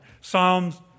Psalms